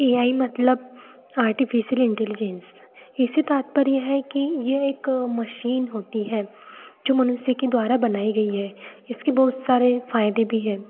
यही मतलब artificial intelligence इससे तात्पर्य यह है कि यह एक मशीन होती है जो मनुष्य के द्वारा बनाई गई है इसके बहुत सारे फायदे भी है